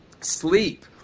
sleep